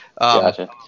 Gotcha